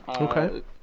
Okay